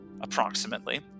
approximately